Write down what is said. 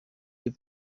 iyo